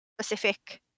specific